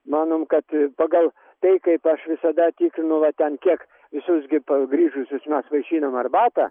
manom kad pagal tai kaip aš visada tikrinu va ten kiek visus gi pargrįžusius mes vaišinam arbata